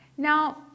Now